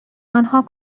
آنها